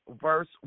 verse